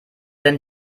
denn